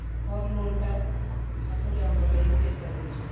ଏ ଘର ଲୋନ୍ଟା ଆଉ ଥରେ ଆଣବାର୍ ଲାଗି ବି ଚେଷ୍ଟା କରୁଛୁଁ